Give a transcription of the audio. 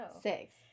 six